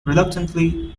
reluctantly